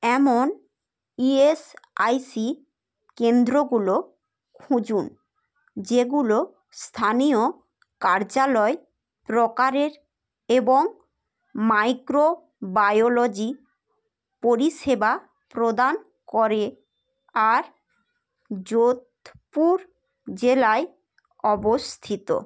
এমন ইএসআইসি কেন্দ্রগুলো খুঁজুন যেগুলো স্থানীয় কার্যালয় প্রকারের এবং মাইক্রোবায়োলজি পরিষেবা প্রদান করে আর যোধপুর জেলায় অবস্থিত